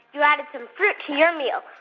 you added some fruit to your meal.